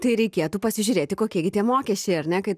tai reikėtų pasižiūrėti kokie gi tie mokesčiai ar ne kad